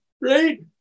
right